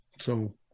So-